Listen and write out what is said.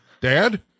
dad